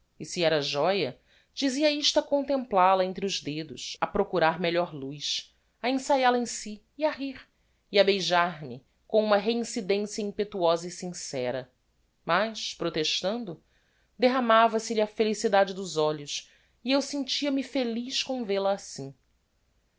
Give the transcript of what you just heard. e se era joia dizia isto a contemplal a entre os dedos a procurar melhor luz a ensaial a em si e a rir e a beijar me com uma reincidencia impetuosa e sincera mas protestando derramava se lhe a felicidade dos olhos e eu sentia-me feliz com vêl-a assim